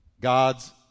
God's